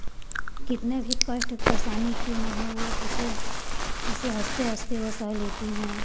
कितना भी कष्ट परेशानी क्यों न हो वह उसे उसे हँसते हँसते वह सह लेती हैं